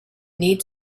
need